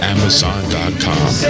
Amazon.com